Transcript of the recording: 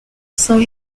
saint